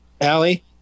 Allie